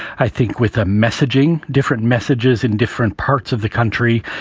i think with a messaging, different messages in different parts of the country,